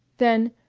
then,